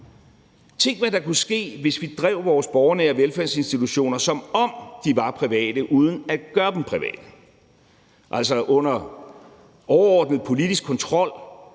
Tænk, hvad der kunne ske, hvis vi drev vores borgernære velfærdsinstitutioner, som om de var private uden at gøre dem private, altså under overordnet politisk kontrol,